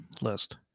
list